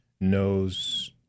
knows